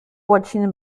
łaciny